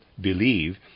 believe